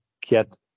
get